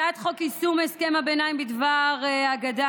הצעת חוק יישום הסכם הביניים בדבר הגדה